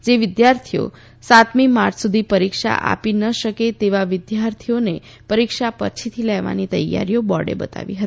જે વિદ્યાર્થીઓ સાતમી માર્ચ સુધી પરીક્ષા આપી ન શકે તેવા વિદ્યાર્થીઓને પરીક્ષા પછીથી લેવાની તૈયારી બોર્ડે બતાવી હતી